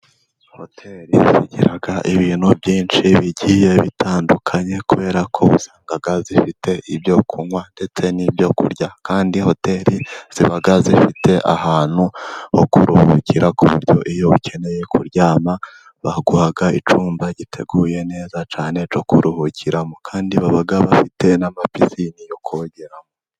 Hoteli zigira ibintu byinshi bigiye bitandukanye kuberako usanga zifite ibyo kunywa ndetse n'ibyo kurya, kandi hoteli ziba zifite ahantu ho kuruhukira ku buryo iyo ukeneye kuryama baguhaga icyumba giteguye neza cyane cyo kuruhukiramo. Kandi baba bafite n'amapisine yo kogeramo.